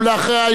ואחריה,